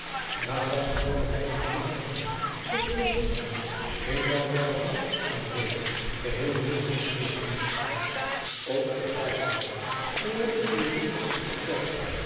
ja zelfs de voorbereidende kundigheden tot den vestingbouw in welke vakken van reede geheel niet onbedreven was ook het paardrijden zoowel in theorie als in praktijk